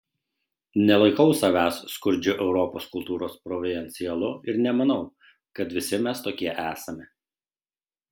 nelaikau savęs skurdžiu europos kultūros provincialu ir nemanau kad visi mes tokie esame